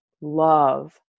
love